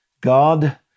God